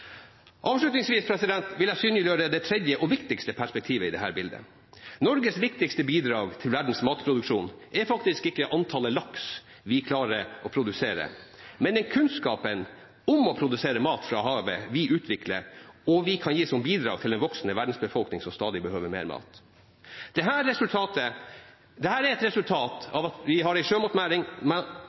Avslutningsvis vil jeg synliggjøre det tredje og viktigste perspektivet i dette bildet. Norges viktigste bidrag til verdens matproduksjon er faktisk ikke antallet laks vi klarer å produsere, men den kunnskapen om å produsere mat fra havet vi utvikler, og kan gi som bidrag til en voksende verdensbefolkning som stadig behøver mer mat. Dette er et resultat av at vi har